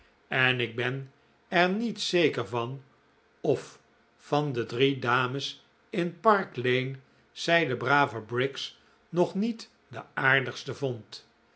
en ik ben er niet zeker van of van de drie dames in park lane zij de brave briggs nog niet de aardigste vond